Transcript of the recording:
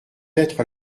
être